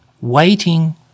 waiting